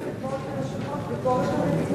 הוועדה לביקורת המדינה.